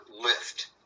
lift